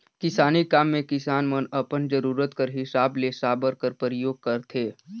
किसानी काम मे किसान मन अपन जरूरत कर हिसाब ले साबर कर परियोग करथे